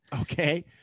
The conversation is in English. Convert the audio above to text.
okay